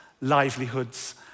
livelihoods